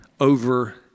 Over